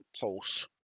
pulse